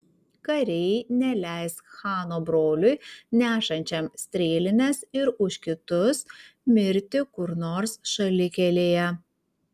kariai neleis chano broliui nešančiam strėlines ir už kitus mirti kur nors šalikelėje